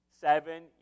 Seven